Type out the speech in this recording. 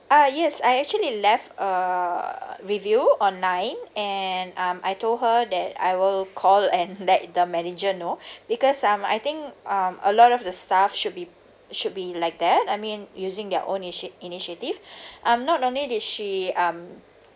ah yes I actually left a review online and um I told her that I will call and let the manager know because um I think um a lot of the staff should be should be like that I mean using their own ini~ initiative um not only did she um